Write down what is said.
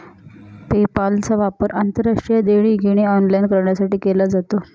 पेपालचा वापर आंतरराष्ट्रीय देणी घेणी ऑनलाइन करण्यासाठी केला जातो